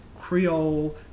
Creole